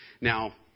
Now